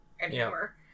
anymore